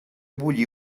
bullir